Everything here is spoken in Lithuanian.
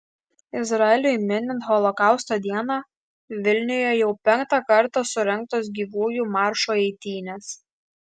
izraeliui minint holokausto dieną vilniuje jau penktą kartą surengtos gyvųjų maršo eitynės